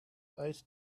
eight